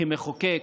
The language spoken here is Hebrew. כמחוקק,